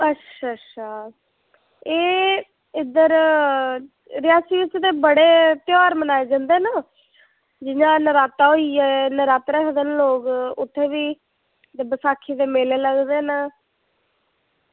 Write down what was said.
अच्छा अच्छा एह् इद्धर रियासी च ते बड़े ध्यार मनाये जंदे न जियां नराता होइया ओह्बी रक्खदे न लोग जियां बैसाखी दे मेले लगदे न